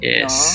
Yes